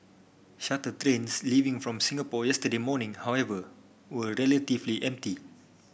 shuttle trains leaving from Singapore yesterday morning however were relatively empty